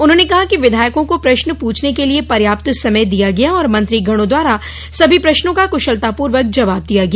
उन्होंने कहा कि विधायकों को प्रश्न पूछने के लिए पर्याप्त समय दिया गया और मंत्रीगणों द्वारा सभी प्रश्नों का कुशलतापूर्वक जबाब दिया गया